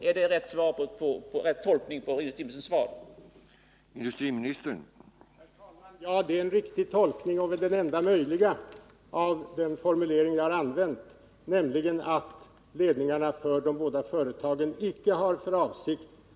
Är det rätt tolkning av industriministerns svar?